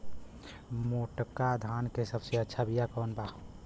मोटका धान के सबसे अच्छा बिया कवन बा?